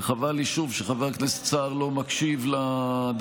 וחבל לי שוב שחבר כנסת סער לא מקשיב לדברים,